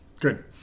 Good